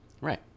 Right